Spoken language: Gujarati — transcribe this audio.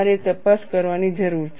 તમારે તપાસ કરવાની જરૂર છે